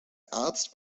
arzt